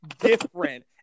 different